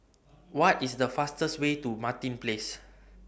What IS The fastest Way to Martin Place